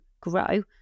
grow